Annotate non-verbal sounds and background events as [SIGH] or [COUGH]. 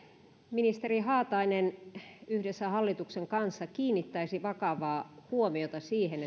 ministeri haatainen yhdessä hallituksen kanssa kiinnittäisi vakavaa huomiota siihen [UNINTELLIGIBLE]